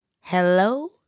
Hello